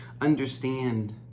Understand